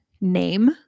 name